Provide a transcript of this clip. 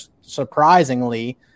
surprisingly